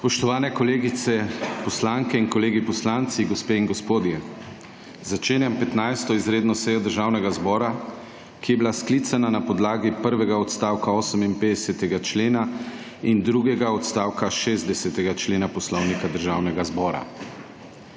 Spoštovani kolegice poslanke in kolegi poslanci, gospe in gospodje! Začenjam 15. izredno sejo Državnega zbora, ki je bila sklicana na podlagi prvega odstavka 58. člena in drugega odstavka 60. člena Poslovnika Državnega zbora.